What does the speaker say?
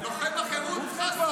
--- כל החיים שלך תראה אותנו מנצחים,